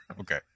Okay